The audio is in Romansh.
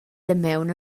damaun